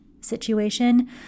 situation